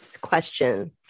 Question